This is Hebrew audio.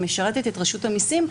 היא משרתת את רשות המסים,